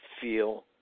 feel